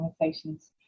conversations